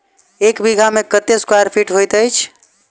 एक बीघा मे कत्ते स्क्वायर फीट होइत अछि?